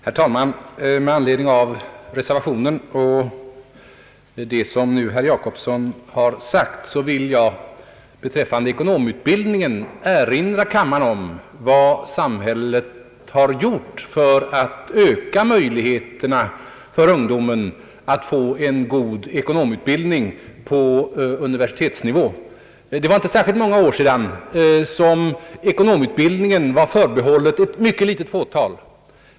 Herr talman! Med anledning av reservationen rörande ekonomutbildningen som herr Jacobsson nu senast har talat för vill jag erinra kammaren om vad samhället har gjort för att öka möjligheterna för ungdomen att få en god ekonomutbildning på universitetsnivå. Det var inte särskilt många år sedan som ekonomutbildningen var förbehållen ett fåtal.